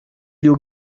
you